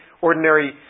ordinary